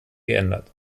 geändert